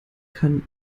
kann